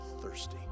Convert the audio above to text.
thirsty